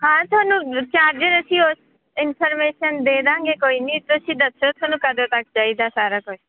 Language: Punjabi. ਹਾਂ ਤੁਹਾਨੂੰ ਚਾਰਜਰ ਅਸੀਂ ਉਸ ਇਨਫੋਰਮੇਸ਼ਨ ਦੇ ਦੇਵਾਂਗੇ ਕੋਈ ਨਹੀਂ ਤੁਸੀਂ ਦੱਸੋ ਤੁਹਾਨੂੰ ਕਦੋਂ ਤੱਕ ਚਾਹੀਦਾ ਸਾਰਾ ਕੁਛ